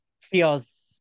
feels